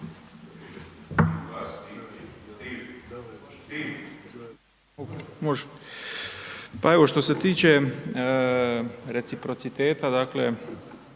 Pa evo što se tiče reciprociteta, dakle